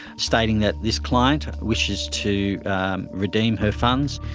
stating that this client wishes to redeem her funds.